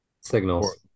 signals